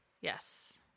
Yes